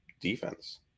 defense